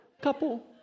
Couple